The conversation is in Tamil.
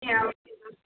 அப்படியா ஓகே மேம்